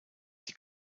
die